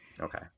Okay